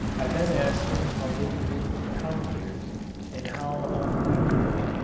i then asked him how they grew in common years and how on leap-years,